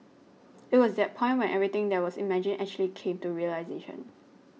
it was that point when everything that was imagined actually came to realisation